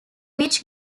which